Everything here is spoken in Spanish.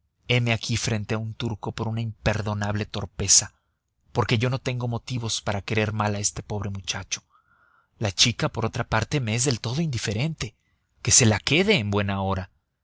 aquí frente a un turco por una imperdonable torpeza porque yo no tengo motivos para querer mal a ese pobre muchacho la chica por otra parte me es del todo indiferente que se la quede en buen hora